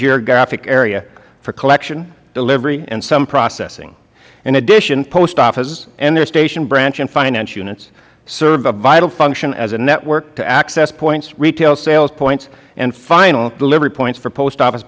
geographic area for collection delivery and some processing in addition post offices and their stations branches and finance units serve a vital function as a network to access points retail sales points and final delivery points for post office